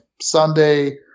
Sunday